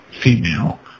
Female